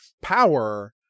power